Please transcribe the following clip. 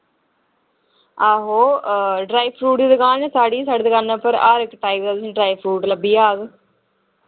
आहो dry fruit दी दूकान ऐ साढ़ी साढ़ी दुकाना उप्पर हर इक टाइप दा तुसें ड्राई फ्रूट लब्भी जाह्ग